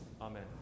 Amen